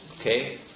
okay